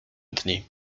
dni